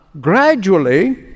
gradually